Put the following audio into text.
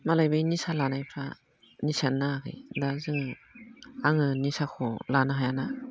मालाय बे निसा लानायफ्रा निसायानो नाङाखै दा जोङो आङो निसाखौ लानो हायाना